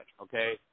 okay